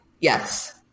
Yes